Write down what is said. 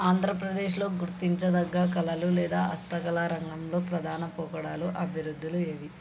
ఆంధ్రప్రదేశ్లో గుర్తించదగ్గ కళలు లేదా హస్తకళా రంగంలో ప్రధాన పోకడాలు అభివృద్ధులు ఏవి